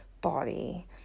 body